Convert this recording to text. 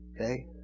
Okay